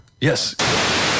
Yes